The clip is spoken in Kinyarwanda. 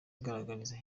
agaragariza